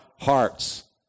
hearts